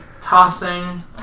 tossing